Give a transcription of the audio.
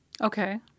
Okay